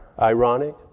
Ironic